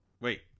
Wait